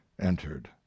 entered